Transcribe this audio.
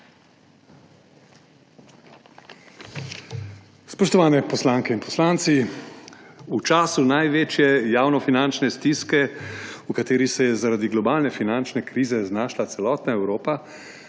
Spoštovane poslanke in poslanci! V času največje javnofinančne stiske, v kateri se je zaradi globalne finančne krize znašla celotna Evropa,